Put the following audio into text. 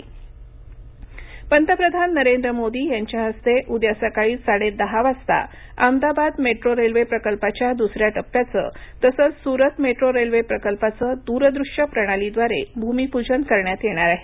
metro पंतप्रधान नरेंद्र मोदी यांच्या हस्ते उद्या सकाळी साडेदहा वाजता अहमदाबाद मेट्रो रेल्वे प्रकल्पाच्या दुसऱ्या टप्प्याचं तसंच सुरत मेट्रो रेल्वे प्रकल्पाचं दूरदृश्य प्रणालीद्वारे भूमीप्जन करण्यात येणार आहे